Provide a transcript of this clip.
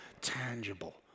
tangible